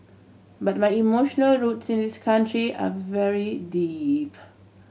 but my emotional roots in this country are very deep